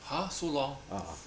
!huh! so long